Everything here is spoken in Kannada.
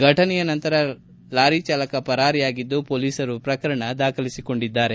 ಫಟನೆಯ ನಂತರ ಲಾರಿ ಚಾಲಕ ಪರಾರಿಯಾಗಿದ್ದು ಪೊಲೀಸರು ಪ್ರಕರಣ ದಾಖಲಿಸಿಕೊಂಡಿದ್ದಾರೆ